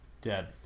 Dead